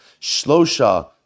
Shlosha